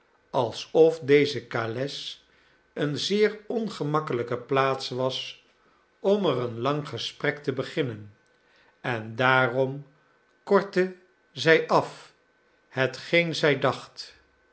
alsof deze kales een zeer ongemakkelijke plaats was om er een lang gesprek te beginnen en daarom kortte zij af hetgeen zij dacht